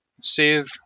save